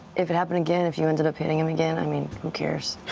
if it happened again, if you ended up hitting him again, i mean, who cares?